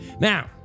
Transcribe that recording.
Now